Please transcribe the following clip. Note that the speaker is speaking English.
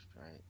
right